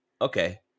Okay